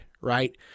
Right